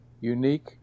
unique